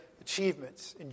achievements